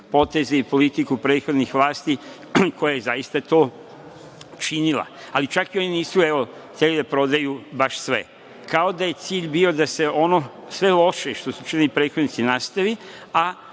poteze i politiku prethodnih vlasti, koja je zaista to činila, ali čak ni oni nisu hteli da prodaju baš sve. Kao da je cilj bio da se sve ono što su loše činili prethodnici, nastavi i